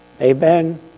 Amen